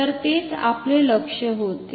तर तेच आपले लक्ष्य होते